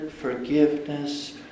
forgiveness